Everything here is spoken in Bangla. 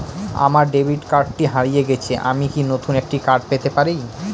আমার ডেবিট কার্ডটি হারিয়ে গেছে আমি কি নতুন একটি কার্ড পেতে পারি?